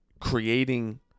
creating